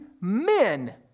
men